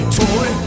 toy